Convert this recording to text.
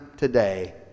Today